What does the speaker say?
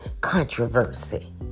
controversy